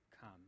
come